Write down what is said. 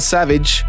Savage